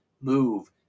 move